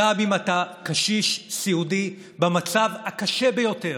גם אם אתה קשיש סיעודי במצב הקשה ביותר,